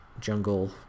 Jungle